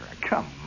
come